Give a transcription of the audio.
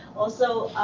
also,